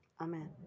Amen